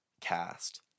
cast